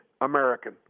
American